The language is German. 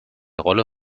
rolle